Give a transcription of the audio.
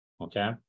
okay